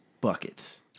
buckets